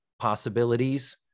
possibilities